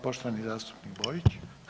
Poštovani zastupnik Borić.